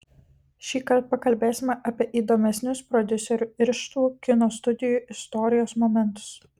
šįkart pakalbėsime apie įdomesnius prodiuserių irštvų kino studijų istorijos momentus